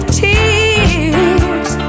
tears